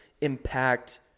impact